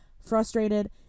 frustrated